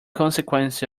consequence